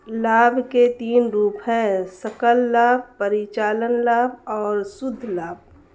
लाभ के तीन रूप हैं सकल लाभ, परिचालन लाभ और शुद्ध लाभ